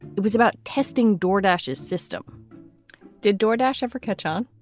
it was about testing door dashes, system didor dash. ever catch on?